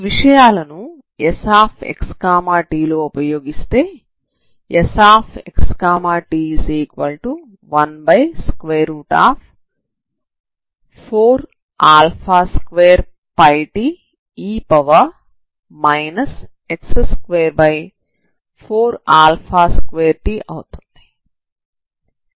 ఈ విషయాలను Sxt లో ఉపయోగిస్తే Sxt14α2πte x242t అవుతుంది